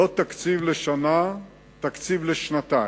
לא תקציב לשנה, תקציב לשנתיים.